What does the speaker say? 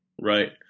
Right